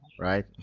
right